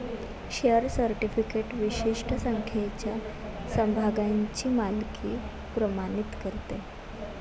share certificate विशिष्ट संख्येच्या समभागांची मालकी प्रमाणित करते